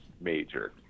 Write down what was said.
major